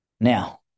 now